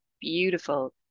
beautiful